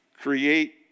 create